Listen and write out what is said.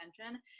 attention